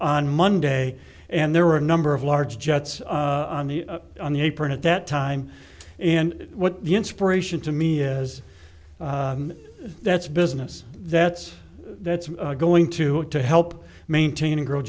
on monday and there were a number of large jets on the on the apron at that time and what the inspiration to me is that's business that's that's going to have to help maintain and grow